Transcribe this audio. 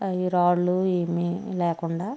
అవి రాళ్ళు ఏమి లేకుండా